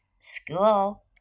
school